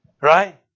Right